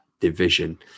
division